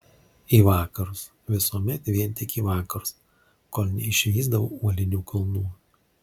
į vakarus visuomet vien tik į vakarus kol neišvysdavau uolinių kalnų